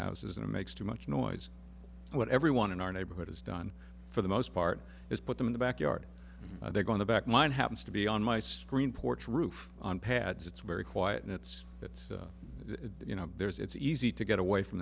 houses and it makes too much noise what everyone in our neighborhood has done for the most part is put them in the back yard they're going to back mine happens to be on my screen porch roof on pads it's very quiet and it's it's you know there's it's easy to get away from